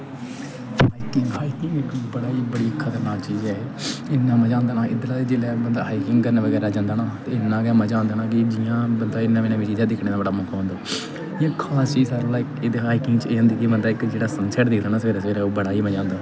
hiking hiking इक बड़ा ही बड़ी ही खतरनाक चीजे ऐ इ'न्ना मजा आंदा ना इधरां जिसलै बंदा हाइकिंग करन बगैरा जंदा ना इ'न्ना गै मजा आंदा ना कि जियां बंदा नमीं नमीं चीजां दिक्खने दा बड़ा मन होंदा फिर इक खास चीज एह्दा हां कि जिसलै सनसैट दिक्खदा ना सवेरै ओह् बड़ी ही मजा आंदा